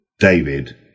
David